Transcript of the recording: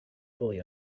fully